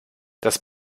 das